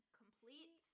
complete